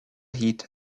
heat